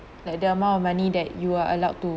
like the amount of money that you are allowed to